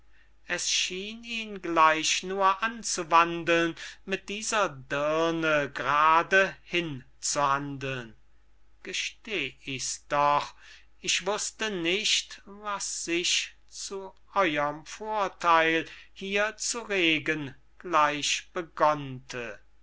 es schien ihn gleich nur anzuwandeln mit dieser dirne g'rade hin zu handeln gesteh ich's doch ich wußte nicht was sich zu eurem vortheil hier zu regen